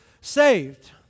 saved